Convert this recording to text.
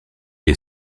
est